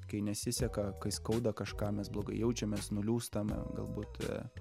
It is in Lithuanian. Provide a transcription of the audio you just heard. kai nesiseka kai skauda kažką mes blogai jaučiamės nuliūstame galbūt